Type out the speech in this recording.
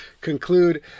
conclude